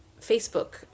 Facebook